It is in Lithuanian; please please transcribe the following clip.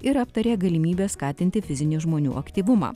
ir aptarė galimybes skatinti fizinį žmonių aktyvumą